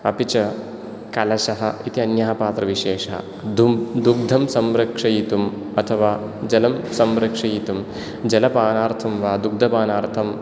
अपि च कलशः इति अन्यः पात्रविशेषः धुं दुग्धं संरक्षयितुम् अथवा जलं संरक्षयितुं जलपानार्थं वा दुग्धपानार्थं